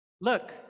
Look